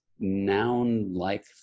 noun-like